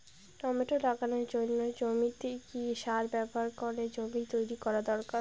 Tomato লাগানোর জন্য জমিতে কি সার ব্যবহার করে জমি তৈরি করা দরকার?